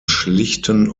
schlichten